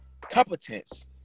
competence